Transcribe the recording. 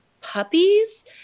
puppies